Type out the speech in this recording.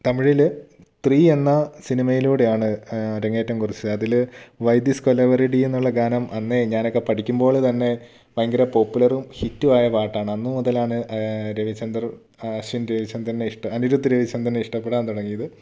തമിഴിലെ ത്രീ എന്ന സിനിമയിലൂടെയാണ് അരങ്ങേറ്റം കുറിച്ചത് അതില് വൈ ദിസ് കൊലവെറി ടീ എന്നുള്ള ഗാനം അന്നേ ഞാനൊക്കെ പഠിക്കുമ്പോൾ തന്നെ ഭയങ്കര പോപ്പുലറും ഹിറ്റും ആയ പാട്ടാണ് അന്ന് മുതലാണ് രവിചന്ദറും അശ്വിൻ രവിചന്ദറിനെ ഇഷ്ട അനിരുദ്ധ് രവിചന്ദറിനെ ഇഷ്ടപ്പെടാൻ തുടങ്ങിയത്